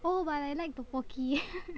oh but I like tteokbokki